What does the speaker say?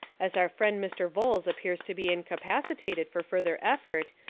as our friend mr. vholes appears to be incapacitated for further effort,